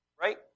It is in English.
Right